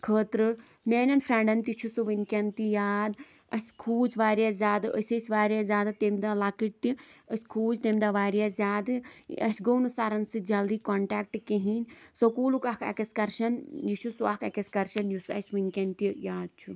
خٲطرٕ میانیٚن فریٚنٛڈَن تہِ چھِ سُہ وٕنکیٚن تہِ یاد أسۍ کھوٗژ واریاہ زیادٕ أسۍ ٲسۍ واریاہ زیادٕ تٔمۍ دۄہ لَکٕٹۍ تہِ أسۍ کھوٗژ تٔمۍ دۄہ واریاہ زیادٕ اَسہِ گوٚو نہٕ سَرَن سۭتۍ جلدی کَنٛٹیکٹ جلدی کِہیٖنۍ سُکوٗلُک اَکھ ایٚکٕسکَرشَن یہِ چھُ سُہ اَکھ ایٚکٕسکَرشَن یُس اَسہِ وٕنکیٚن تہِ یاد چھُ